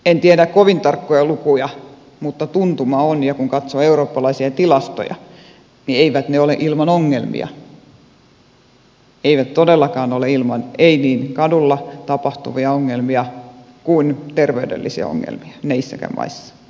en tiedä kovin tarkkoja lukuja mutta tuntuma on vielä kun katsoo eurooppalaisia tilastoja että eivät ne ole ilman ongelmia eivät todellakaan ole ilman niin kadulla tapahtuvia ongelmia kuin terveydellisiä ongelmia niissäkään maissa